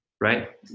Right